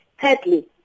Thirdly